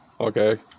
okay